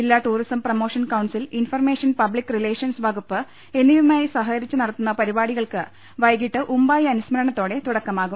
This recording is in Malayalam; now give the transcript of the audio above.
ജില്ലാ tourism promotion council information public relations വകുപ്പ് എന്നിവയുമായി സഹകരിച്ച് നടത്തുന്ന പരിപാടികൾ വൈകിട്ട് ഉമ്പായി അനുസ്മരണത്തോടെ തുടക്കമാവും